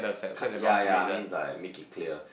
kind ya ya I mean like make it clear